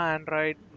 Android